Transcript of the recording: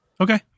Okay